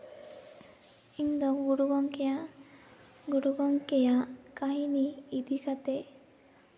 ᱤᱧ ᱫᱚ ᱜᱩᱨᱩ ᱜᱚᱢᱠᱮᱭᱟᱜ ᱜᱩᱨᱩ ᱜᱚᱢᱠᱮᱭᱟᱜ ᱠᱟᱹᱦᱱᱤ ᱤᱫᱤ ᱠᱟᱛᱮ